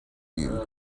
you